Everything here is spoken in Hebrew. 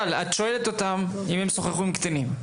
שואלת אותם אם הם שוחחו עם קטינים.